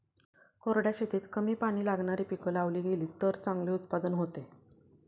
कोरड्या शेतीत कमी पाणी लागणारी पिकं लावली गेलीत तर चांगले उत्पादन होते